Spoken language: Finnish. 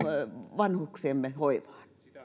vanhuksiemme hoivaan